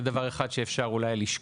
זה דבר אחד שאולי אפשר לשקול.